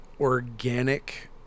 Organic